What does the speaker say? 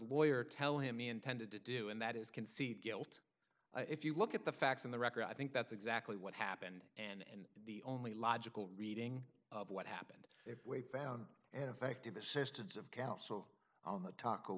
lawyer tell him he intended to do and that is can see guilt if you look at the facts in the record i think that's exactly what happened and the only logical reading of what happened if we found an effective assistance of counsel on the taco